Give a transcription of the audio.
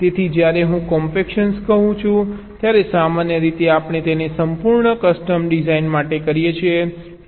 તેથી જ્યારે હું કોમ્પેક્શન કહું છું ત્યારે સામાન્ય રીતે આપણે તેને સંપૂર્ણ કસ્ટમ ડિઝાઇન માટે કરીએ છીએ